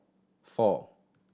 four